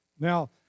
Now